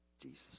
Jesus